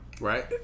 Right